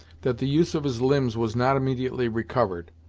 that the use of his limbs was not immediately recovered,